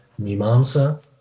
mimamsa